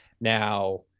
Now